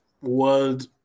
world